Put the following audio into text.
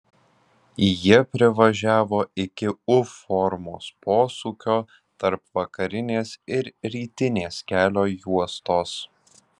jie privažiavo iki u formos posūkio tarp vakarinės ir rytinės kelio juostos